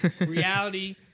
reality